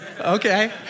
Okay